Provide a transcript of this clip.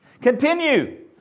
Continue